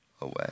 away